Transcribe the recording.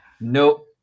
Nope